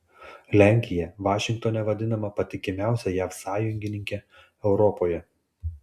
lenkija vašingtone vadinama patikimiausia jav sąjungininke europoje